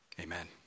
Amen